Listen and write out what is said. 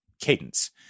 cadence